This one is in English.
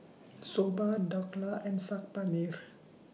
Soba Dhokla and Saag Paneer